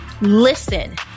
listen